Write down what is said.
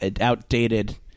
outdated